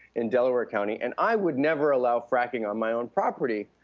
in delaware county. and i would never allow fracking on my own property.